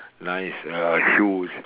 nice uh shoes